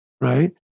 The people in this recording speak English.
right